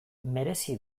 merezi